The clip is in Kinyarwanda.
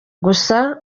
gusa